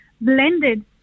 blended